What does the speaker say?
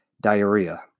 diarrhea